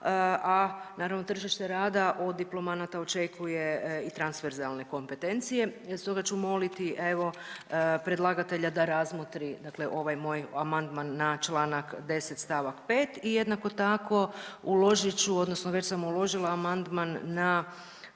a naravno tržište rada od diplomanata očekuje i transverzalne kompetencije, stoga ću moliti evo predlagatelja da razmotri dakle ovaj moj amandman na čl. 10. st. 5. i jednako tako uložit ću odnosno već sam uložila amandman na